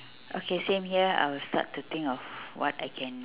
okay same here I would start to think of what I can